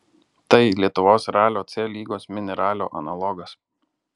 tai lietuvos ralio c lygos mini ralio analogas